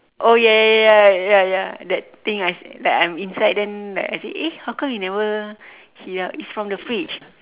oh ya ya ya ya ya that thing I s~ like I'm inside then like I say eh how come you never heat it up it's from the fridge